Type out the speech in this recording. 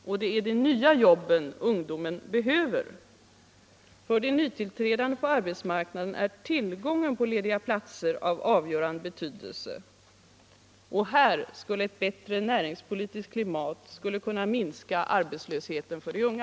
Och det är de nya jobben ungdomen behöver. För de nytillträdande på arbetsmarknaden är tillgången på lediga platser av avgörande betydelse, och ett bättre näringspolitiskt klimat skulle kunna minska arbetslösheten för de unga.